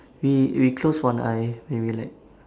we we close one eye when we like